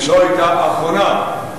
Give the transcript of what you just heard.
האחרונה,